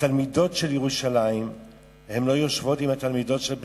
התלמידות של ירושלים לא יושבות עם התלמידות של בני-ברק.